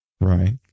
Right